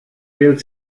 wählt